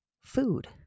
food